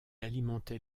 alimentait